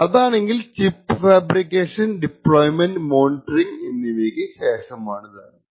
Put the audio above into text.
അതാണെങ്കിൽ chip fabrication deployment monitoring എന്നിവക്ക് ശേഷമാണ്താനും